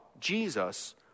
Jesus